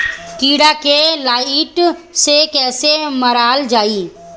कीड़ा के लाइट से कैसे मारल जाई?